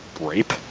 Rape